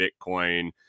Bitcoin